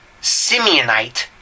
Simeonite